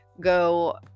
go